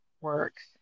works